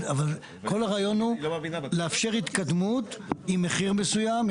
אבל כל הרעיון הוא לאפשר התקדמות עם מחיר מסוים.